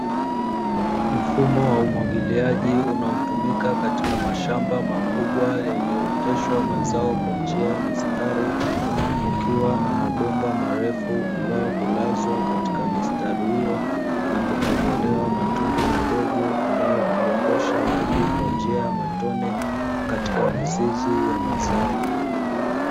Mifumo wa umwagiliaji unaotumika katika mashamba makubwa yaliyooteshwa mazao kwa njia ya mistari, kukiwa na mabomba marefu ambayo hulazwa katika mistari hiyo na kutobolewa matundu madogo ambayo hudondosha maji kwa njia ya matone katika mizizi ya mazao.